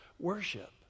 worship